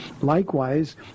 Likewise